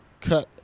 cut